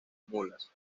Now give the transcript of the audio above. mulas